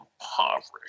impoverished